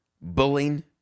bullying